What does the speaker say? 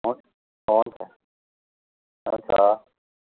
हुन् हुन्छ हुन्छ